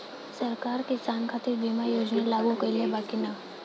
सरकार किसान खातिर बीमा योजना लागू कईले बा की ना?